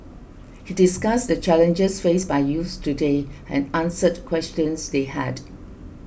he discussed the challenges faced by youths today and answered questions they had